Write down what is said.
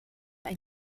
ein